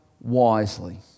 wisely